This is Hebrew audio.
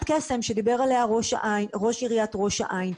קסם שדיבר עליה ראש עיריית ראש העין.